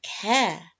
care